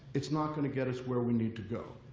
it's not going to get us where we need to go.